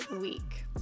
week